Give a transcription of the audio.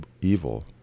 evil